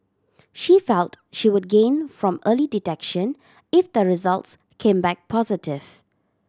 she felt she would gain from early detection if the results came back positive